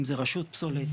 אם זה רשות פסולת,